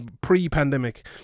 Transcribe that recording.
pre-pandemic